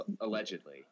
Allegedly